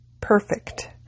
perfect